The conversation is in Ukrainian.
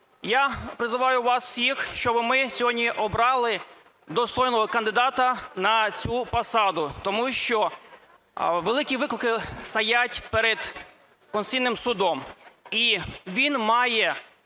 Я призиваю вас всіх, щоби ми сьогодні обрали достойного кандидата на цю посаду. Тому що великі виклики стоять перед Конституційним Судом і він має